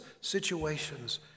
situations